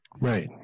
Right